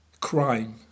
crime